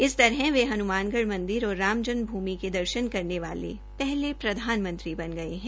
इस तरह वे हन्नुमानगढ़ मंदिर और राज जन्म भूमि के दर्शन करने वाले पहले प्रधानमंत्री बन गये है